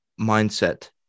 mindset